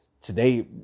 today